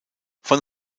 von